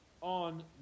On